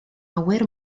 awyr